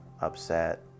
upset